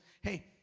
hey